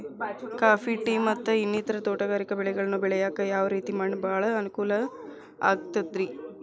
Coffee, tea, ಮತ್ತ ಇನ್ನಿತರ ತೋಟಗಾರಿಕಾ ಬೆಳೆಗಳನ್ನ ಬೆಳೆಯಾಕ ಯಾವ ರೇತಿ ಮಣ್ಣ ಭಾಳ ಅನುಕೂಲ ಆಕ್ತದ್ರಿ?